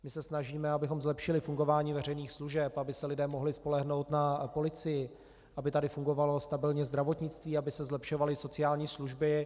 My se snažíme, abychom zlepšili fungování veřejných služeb, aby se lidé mohli spolehnout na policii, aby tady fungovalo stabilně zdravotnictví, aby se zlepšovaly sociální služby.